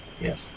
Yes